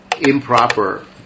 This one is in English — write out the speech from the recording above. improper